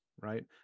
right